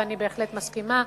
ואני בהחלט מסכימה,